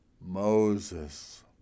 Moses